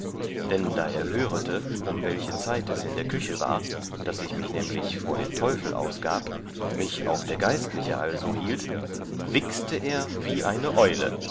dann da er hörete um welche zeit es in der küche war daß ich mich nämlich vor den teufel ausgab mich auch der geistliche also hielt wixte er wie eine eule